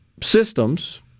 systems